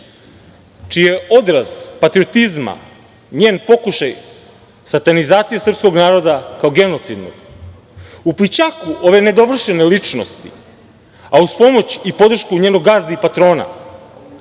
je odraz patriotizma njen pokušaj satanizacije srpskog naroda kao genocidnog.U plićaku ove nedovršene ličnosti, a uz pomoć i podršku njenom gazdi i patrona,